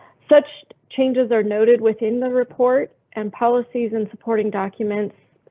such changes are noted within the report and policies and supporting documents.